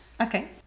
Okay